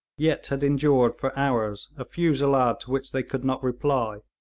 yet had endured for hours a fusillade to which they could not reply,